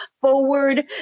forward